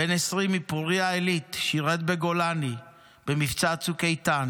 בן 20 מפוריה עילית, ששירת בגולני במבצע צוק איתן